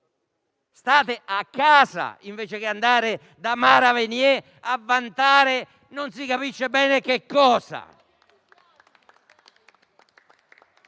State a casa invece che andare da Mara Venier a vantare non si capisce bene che cosa.